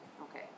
Okay